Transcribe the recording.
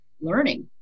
learning